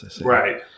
Right